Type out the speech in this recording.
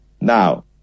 Now